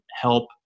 help